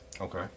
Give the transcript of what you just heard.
Okay